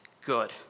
good